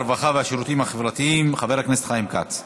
הרווחה והשירותים החברתיים חבר הכנסת חיים כץ.